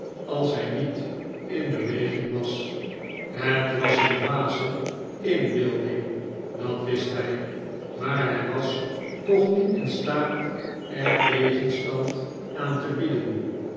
als hij niet in beweging was het was een dwaze inbeelding dat wist hij maar hij was toch niet in staat er tegenstand aan te bieden